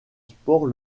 sport